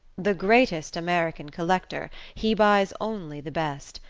the greatest american collector he buys only the best.